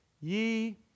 ye